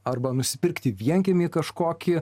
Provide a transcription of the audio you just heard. arba nusipirkti vienkiemį kažkokį